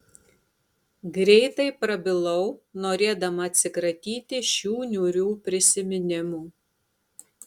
greitai prabilau norėdama atsikratyti šių niūrių prisiminimų